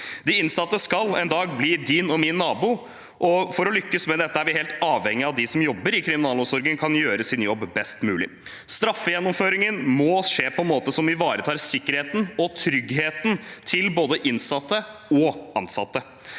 De innsatte skal en dag bli dine og mine naboer, og for å lykkes med dette er vi helt avhengige av at de som jobber i kriminalomsorgen, kan gjøre sin jobb best mulig. Straffegjennomføringen må skje på en måte som ivaretar sikkerheten og tryggheten til både innsatte og ansatte.